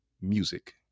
music